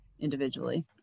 individually